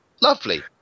lovely